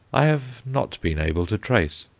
i have not been able to trace.